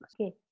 Okay